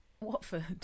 Watford